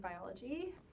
biology